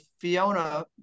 Fiona